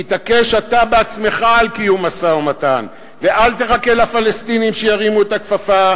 תתעקש אתה בעצמך על קיום משא-ומתן ואל תחכה לפלסטינים שירימו את הכפפה,